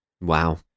wow